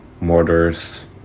mortars